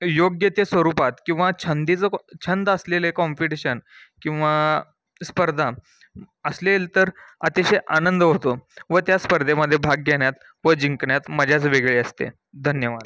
योग्य त्या स्वरूपात किंवा छंदाचं कॉ छंद असलेले कॉम्पिटिशन किंवा स्पर्धा असेलल तर अतिशय आनंद होतो व त्या स्पर्धेमध्ये भाग घेण्यात व जिंकण्यात मजाच वेगळी असते धन्यवाद